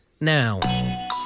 now